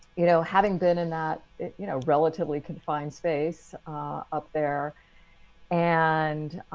you know, having been in that you know relatively confined space up there and